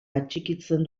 atxikitzen